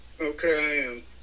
Okay